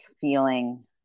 feeling